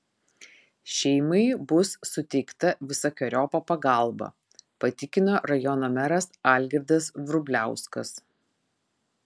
šeimai bus suteikta visokeriopa pagalba patikino rajono meras algirdas vrubliauskas